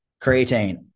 creatine